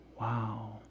Wow